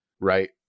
right